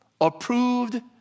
approved